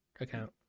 account